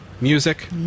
music